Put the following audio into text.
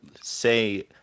say